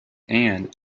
and